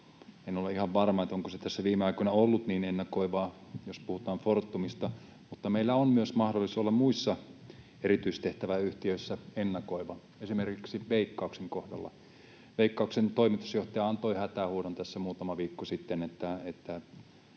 En ole ihan varma, onko se viime aikoina ollut niin ennakoivaa, jos puhutaan Fortumista. Mutta meillä on myös mahdollisuus olla muissa erityistehtäväyhtiöissä ennakoiva, esimerkiksi Veikkauksen kohdalla. Veikkauksen toimitusjohtaja antoi tässä muutama viikko sitten